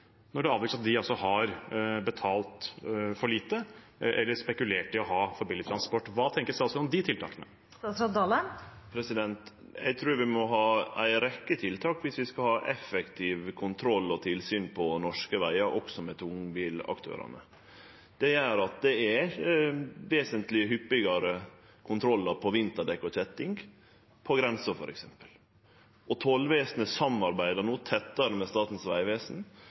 når det avdekkes at de har betalt for lite, eller har spekulert i å ha for billig transport. Hva tenker statsråden om de tiltakene? Eg trur vi må ha ei rekkje tiltak viss vi skal ha effektiv kontroll og tilsyn på norske vegar, også med tungbilaktørane. Det gjer at det f.eks. er vesentleg hyppigare kontrollar av vinterdekk og kjetting på grensa, og tollvesenet samarbeider no tettare med Statens vegvesen